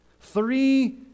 three